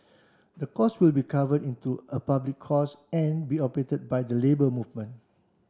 the course will be cover into a public course and be operated by the Labour Movement